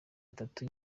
atatu